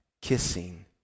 kissing